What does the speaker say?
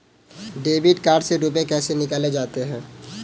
Debit card से रुपये कैसे निकाले जाते हैं?